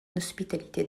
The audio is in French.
hospitalité